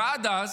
ועד אז